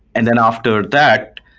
and then after that,